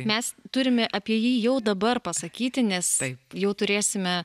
mes turime apie jį jau dabar pasakyti nes jau turėsime